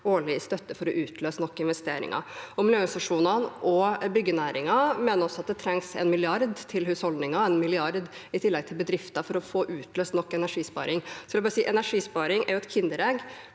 årlig støtte for å utløse nok investeringer. Miljøorganisasjonene og byggenæringen mener også at det trengs 1 mrd. kr til husholdninger i tillegg til til bedrifter for å få utløst nok energisparing. Energisparing er jo et kinderegg,